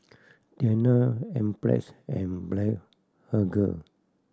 Tena Enzyplex and Blephagel